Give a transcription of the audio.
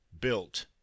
built